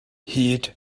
hyd